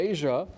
Asia